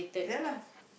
ya lah